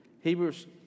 Hebrews